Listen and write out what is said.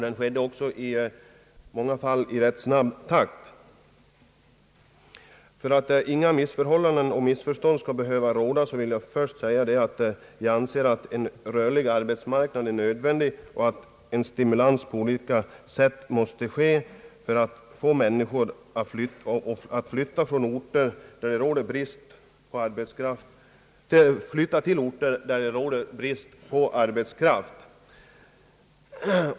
Denna indragning skedde i många fall i rätt snabb takt. För att inga missförstånd skall behöva uppstå vill jag först säga att vi anser att en rörlig arbetsmarknad är nödvändig och att en stimulans på olika sätt måste ges för att få människor att flytta till orter där det råder brist på arbetskraft.